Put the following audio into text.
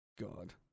God